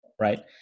Right